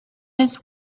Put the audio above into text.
his